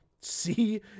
see